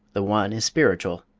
the one is spiritual,